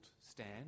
stand